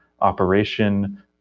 operation